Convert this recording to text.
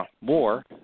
more